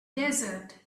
desert